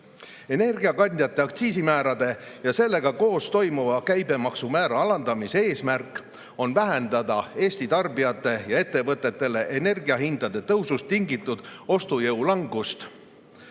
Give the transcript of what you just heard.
Energiakandjate aktsiisimäärade ja sellega koos toimuva käibemaksumäära alandamise eesmärk on vähendada Eesti tarbijatele ja ettevõtetele energiahindade tõusust tingitud ostujõu langust